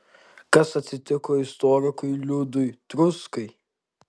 kas atsitiko istorikui liudui truskai